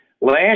Last